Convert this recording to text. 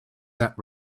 that